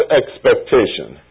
expectation